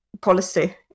policy